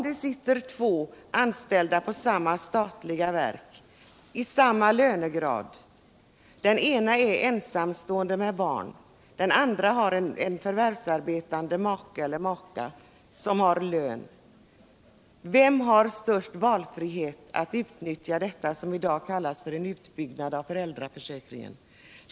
Det sitter två anställda på samma statliga verk och i samma lönegrad. Den ena är ensamstående med barn, medan den andra har en förvärvsarbetande make som har lön. Vem har störst valfrihet att utnyttja det som i dag kallas för en utbyggnad av föräldraförsäkringen?